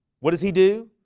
what does he do?